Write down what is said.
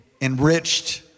enriched